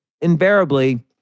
invariably